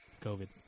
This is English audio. COVID